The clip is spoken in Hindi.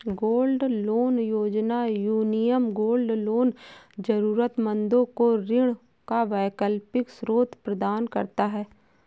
गोल्ड लोन योजना, यूनियन गोल्ड लोन जरूरतमंदों को ऋण का वैकल्पिक स्रोत प्रदान करता है